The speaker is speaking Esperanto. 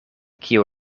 kiu